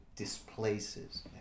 displaces